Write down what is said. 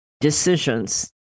decisions